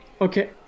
Okay